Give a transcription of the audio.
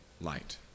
light